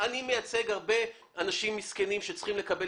אני מייצג הרבה אנשים מסכנים שצריכים לקבל